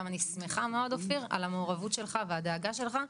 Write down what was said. אני שמחה מאוד על המעורבות שלך ועל הדאגה שלך,